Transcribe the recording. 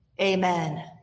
amen